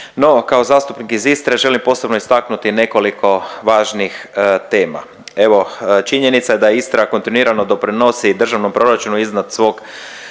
No kao zastupnik iz Istre, želim posebno istaknuti nekoliko važnih tema. Evo, činjenica je da Istra kontinuirano doprinosi državnom proračunu iznad svog